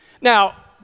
Now